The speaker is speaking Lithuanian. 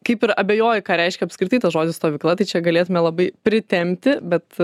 kaip ir abejoji ką reiškia apskritai tas žodis stovykla tai čia galėtume labai pritempti bet